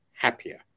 happier